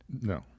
No